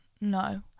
No